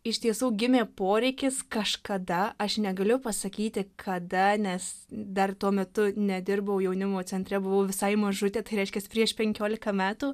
iš tiesų gimė poreikis kažkada aš negaliu pasakyti kada nes dar tuo metu nedirbau jaunimo centre buvau visai mažutė tai reiškias prieš penkiolika metų